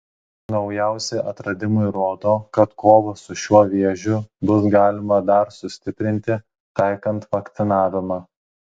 naujausi atradimai rodo kad kovą su šiuo vėžiu bus galima dar sustiprinti taikant vakcinavimą